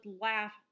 laugh